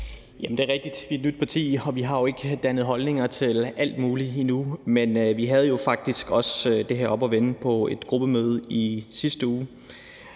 Det er rigtigt, at vi er et nyt parti, og vi har jo ikke dannet holdninger til alt muligt endnu. Men vi havde faktisk det her oppe at vende på et gruppemøde i sidste uge,